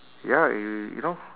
ya y~ you know